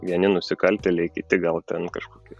vieni nusikaltėliai kiti gal ten kažkokie